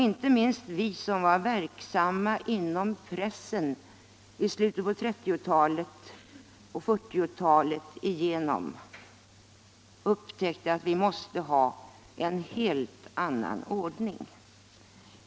Inte minst vi som var verksamma inom pressen i slutet på 1930-talet och igenom hela 1940-talet upptäckte att vi måste ha en helt annan ordning.